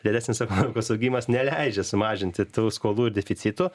realesnis ekonomikos augimas neleidžia sumažinti tų skolų deficito